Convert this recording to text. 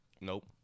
Nope